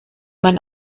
man